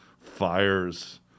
fires